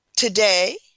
Today